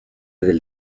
del